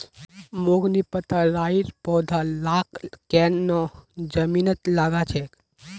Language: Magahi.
मोक नी पता राइर पौधा लाक केन न जमीनत लगा छेक